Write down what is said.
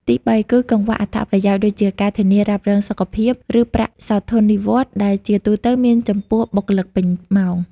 ទីបី គឺ កង្វះអត្ថប្រយោជន៍ ដូចជាការធានារ៉ាប់រងសុខភាព ឬប្រាក់សោធននិវត្តន៍ ដែលជាទូទៅមានចំពោះបុគ្គលិកពេញម៉ោង។